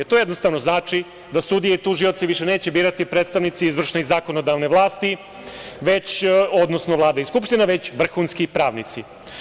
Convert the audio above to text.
To jednostavno znači da sudije i tužioci više neće birati predstavnici izvršne i zakonodavne vlasti, odnosno Vlada i Skupština, već vrhunski pravnici.